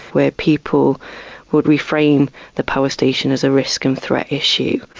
where people would reframe the power station as a risk and threat issue.